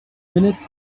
minute